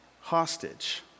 hostage